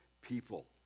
people